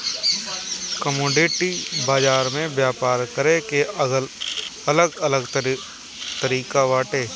commodity बाजार में व्यापार करे के अलग अलग तरिका बाटे